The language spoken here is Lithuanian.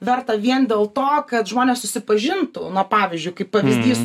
verta vien dėl to kad žmonės susipažintų nu pavyzdžiui kaip pavyzdys